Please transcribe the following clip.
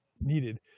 needed